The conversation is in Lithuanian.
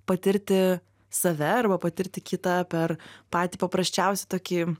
patirti save arba patirti kitą per patį paprasčiausią tokį